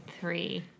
three